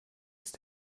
ist